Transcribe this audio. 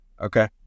okay